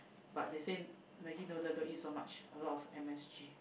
but they say Maggie noodle don't eat so much a lot of M S_G